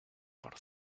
por